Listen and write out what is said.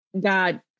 God